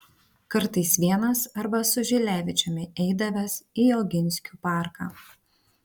kartais vienas arba su žilevičiumi eidavęs į oginskių parką